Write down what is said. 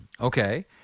Okay